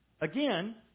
Again